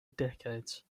decades